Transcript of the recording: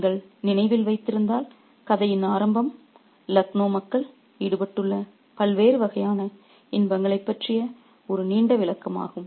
நீங்கள் நினைவில் வைத்திருந்தால் கதையின் ஆரம்பம் லக்னோ மக்கள் ஈடுபட்டுள்ள பல்வேறு வகையான இன்பங்களைப் பற்றிய ஒரு நீண்ட விளக்கமாகும்